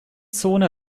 zone